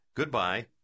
goodbye